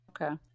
Okay